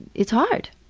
it's hard.